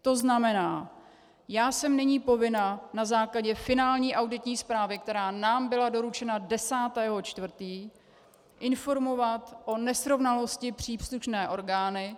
To znamená, já jsem nyní povinna na základě finální auditní zprávy, která nám byla doručena 10. 4., informovat o nesrovnalosti příslušné orgány.